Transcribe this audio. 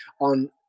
on